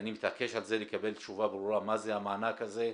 ואני מתעקש לקבל תשובה ברורה מה זה המענק הזה,